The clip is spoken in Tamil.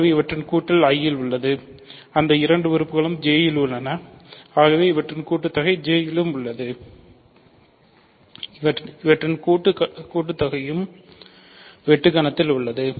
ஆகவே அவற்றின் கூட்டல் I ல் உள்ளது அந்த இரண்டு உறுப்புகளும் J இல் உள்ளன அவற்றின் கூட்டுத்தொகை J இல் உள்ளது அவற்றின் கூட்டுத்தொகையும் வெட்டு கணத்தில் உள்ளது